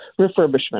refurbishment